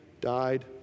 died